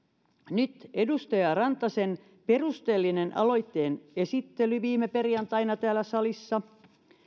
nyt edustaja rantasen perusteellinen aloitteen esittely viime perjantaina tällä salissa